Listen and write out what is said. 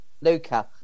Luca